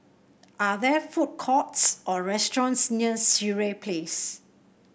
are there food courts or restaurants near Sireh Place